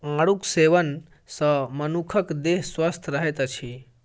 आड़ूक सेवन सॅ मनुखक देह स्वस्थ रहैत अछि